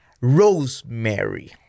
Rosemary